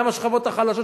מה עם השכבות החלשות,